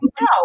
no